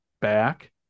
back